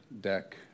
deck